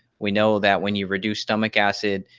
we know that when you reduce stomach acid,